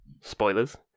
spoilers